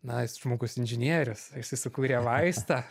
na jis žmogus inžinierius jisai sukūrė vaistą